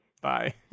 Bye